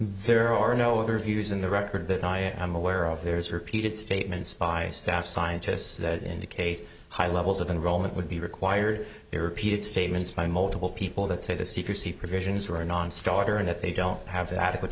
there are no other views in the record that i am aware of there is repeated statements by staff scientists that indicate high levels of enrollment would be required they repeated statements by multiple people that say the secrecy provisions were a nonstarter and that they don't have adequate